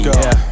go